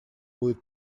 будет